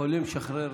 יכולים לשחרר.